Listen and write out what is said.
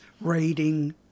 reading